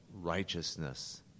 Righteousness